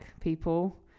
people